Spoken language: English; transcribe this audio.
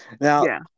Now